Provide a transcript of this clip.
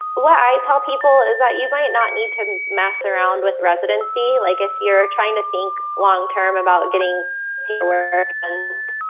what i tell people is that you might not need to mess around with residency. like if you're trying to think long term about getting paper and